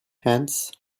hands